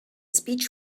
speech